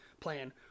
plan